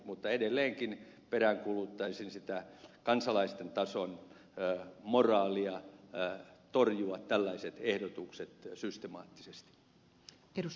mutta edelleenkin peräänkuuluttaisin sitä kansalaisten tason moraalia torjua tällaiset ehdotukset systemaattisesti